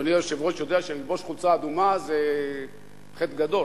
אדוני היושב-ראש יודע שללבוש חולצה אדומה זה חטא גדול.